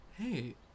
Hey